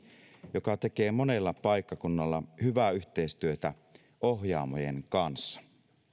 joka tekee monella paikkakunnalla hyvää yhteistyötä ohjaamojen kanssa